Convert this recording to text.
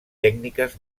tècniques